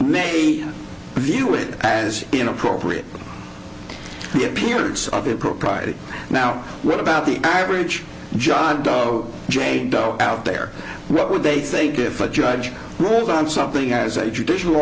may view it as inappropriate the appearance of impropriety now what about the average john doe jane doe out there what would they think if a judge ruled on something as a judicial